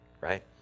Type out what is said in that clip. right